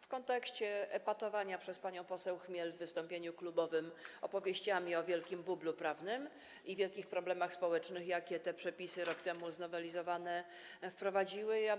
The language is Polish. W kontekście epatowania przez panią poseł Chmiel w wystąpieniu klubowym opowieściami o wielkim bublu prawnym i wielkich problemach społecznych, jakie te znowelizowane przepisy rok temu spowodowały,